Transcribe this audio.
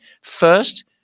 first